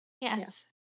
Yes